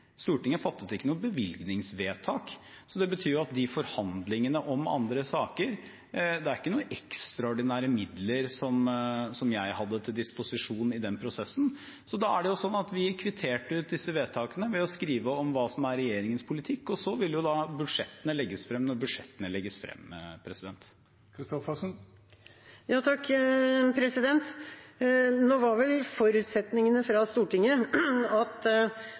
noe bevilgningsvedtak, så det betyr at i forhandlingene om andre saker er det ikke noen ekstraordinære midler som jeg har til disposisjon i den prosessen. Da er det slik at vi kvitterte ut disse vedtakene ved å skrive hva som er regjeringens politikk, og så vil jo budsjettene legges frem når budsjettene legges frem. Nå var vel forutsetningene fra Stortinget at